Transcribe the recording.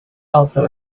also